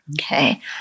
Okay